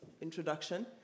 introduction